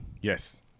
Yes